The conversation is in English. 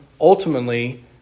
ultimately